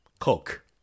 Coke